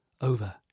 Over